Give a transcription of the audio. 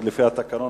לפי התקנון,